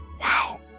Wow